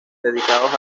dedicados